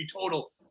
total